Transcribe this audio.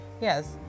yes